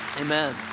Amen